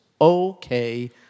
Okay